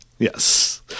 Yes